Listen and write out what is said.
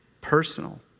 personal